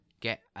get